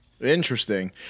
Interesting